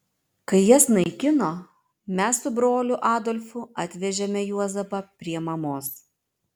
kai jas naikino mes su broliu adolfu atvežėme juozapą prie mamos